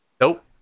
Nope